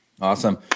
Awesome